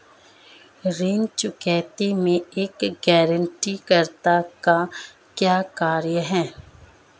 ऋण चुकौती में एक गारंटीकर्ता का क्या कार्य है?